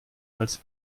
als